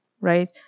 right